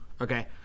okay